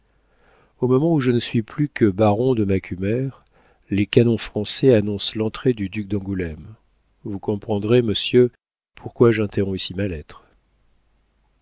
au moment où je ne suis plus que baron de macumer les canons français annoncent l'entrée du duc d'angoulême vous comprendrez monsieur pourquoi j'interromps ici ma lettre